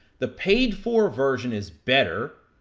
the paid for version, is better,